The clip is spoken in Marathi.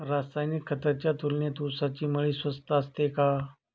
रासायनिक खतांच्या तुलनेत ऊसाची मळी स्वस्त असते का?